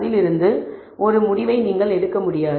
அதிலிருந்து ஒரு காட்சி முடிவை நீங்கள் எடுக்க முடியாது